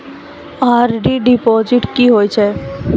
RD deposit की होय छै?